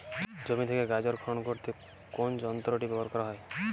জমি থেকে গাজর খনন করতে কোন যন্ত্রটি ব্যবহার করা হয়?